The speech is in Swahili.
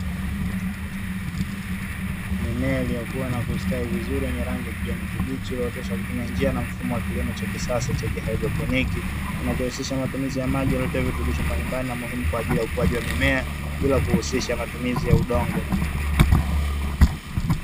Mimea iliyokuwa na kustawi vizuri yenye rangi ya kijani kibichi, iliyooteshwa kwa kutumia njia na mfumo wa kilimo cha kisasa cha kihaidroponiki, kinachohusisha matumizi ya maji yaliyotiwa virutubisho mbalimbali na muhimu kwaajili ya ukuaji wa mimea bila kuhusisha matumizi ya udongo.